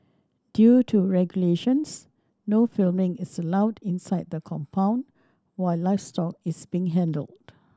due to regulations no filming is allowed inside the compound while livestock is being handled